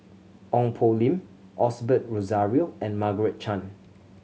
Ong Poh Lim Osbert Rozario and Margaret Chan